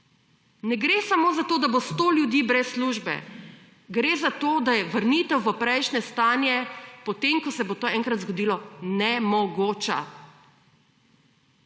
Ne gre samo za to, da bo 100 ljudi brez službe, gre za to, da je vrnitev v prejšnje stanje, potem, ko se bo to enkrat zgodilo, nemogoča